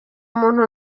muntu